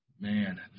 Man